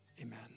Amen